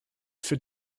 für